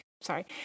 Sorry